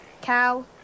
cow